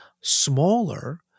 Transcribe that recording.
smaller